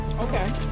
Okay